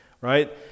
right